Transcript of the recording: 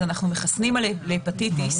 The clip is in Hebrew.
אנחנו מחסנים להפטיטיס